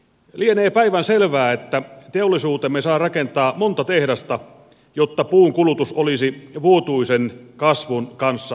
lienee päivänselvää että teollisuutemme saa rakentaa monta tehdasta jotta puun kulutus olisi vuotuisen kasvun kanssa tasoissa